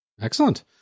Excellent